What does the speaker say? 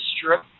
strip